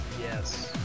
Yes